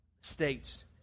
states